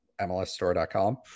MLSstore.com